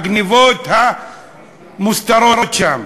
הגנבות המוסתרות שם.